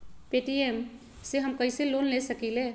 Paytm से हम कईसे लोन ले सकीले?